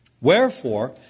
wherefore